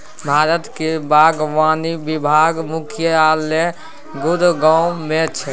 भारतक बागवानी विभाग मुख्यालय गुड़गॉव मे छै